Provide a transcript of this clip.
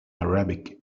arabic